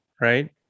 right